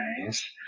nice